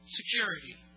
security